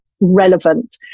relevant